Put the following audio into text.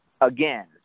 again